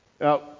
Now